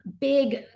big